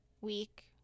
week